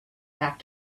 back